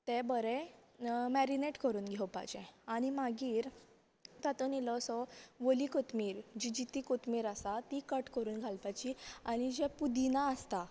ते बरे मेरिनेट करून घेवपाचे आनी मागीर तातूंत इल्लोसो ओली कोथमीर जी जिती कोथमीर आसा ती कट करून घालपाची आनी जे पुदिना आसता